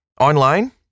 online